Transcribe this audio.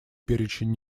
перечень